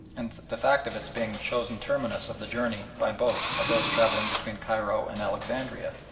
and the fact of its being the chosen terminus of the journey by boat of those travelling between cairo and alexandria.